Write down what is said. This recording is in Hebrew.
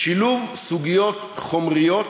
שילוב סוגיות חומריות